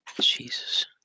Jesus